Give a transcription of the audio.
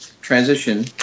transition